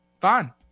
fine